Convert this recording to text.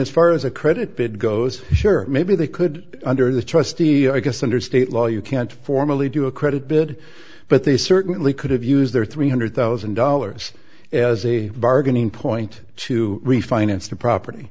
as far as a credit bid goes sure maybe they could under the trustee i guess under state law you can't formally do a credit bid but they certainly could have used their three hundred thousand dollars as a bargaining point to refinance the property